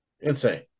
Insane